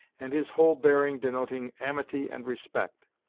and his whole bearing denoting amity and respect.